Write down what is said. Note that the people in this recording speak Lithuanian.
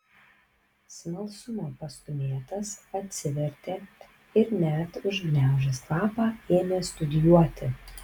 smalsumo pastūmėtas atsivertė ir net užgniaužęs kvapą ėmė studijuoti